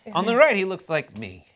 on the right he looks like me.